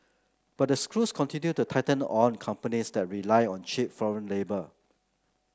but the screws continue to tighten on companies that rely on cheap foreign labour